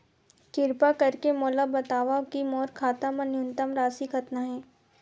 किरपा करके मोला बतावव कि मोर खाता मा न्यूनतम राशि कतना हे